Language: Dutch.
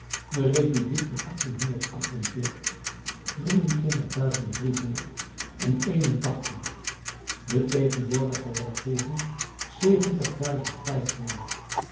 de republiek van drieëntwintig driehonderd een en tachtig de tegenwoordige regeering zeventig duizend